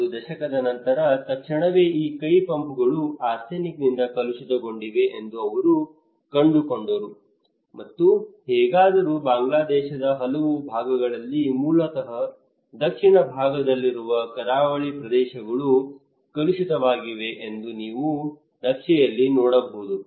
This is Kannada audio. ಒಂದು ದಶಕದ ನಂತರ ತಕ್ಷಣವೇ ಈ ಕೈ ಪಂಪ್ಗಳು ಆರ್ಸೆನಿಕ್ನಿಂದ ಕಲುಷಿತಗೊಂಡಿವೆ ಎಂದು ಅವರು ಕಂಡುಕೊಂಡರು ಮತ್ತು ಹೇಗಾದರೂ ಬಾಂಗ್ಲಾದೇಶದ ಹಲವು ಭಾಗಗಳಲ್ಲಿ ಮೂಲತಃ ದಕ್ಷಿಣ ಭಾಗದಲ್ಲಿರುವ ಕರಾವಳಿ ಪ್ರದೇಶಗಳು ಕಲುಷಿತವಾಗಿವೆ ಎಂದು ನೀವು ನಕ್ಷೆಯಲ್ಲಿ ನೋಡಬಹುದು